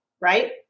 right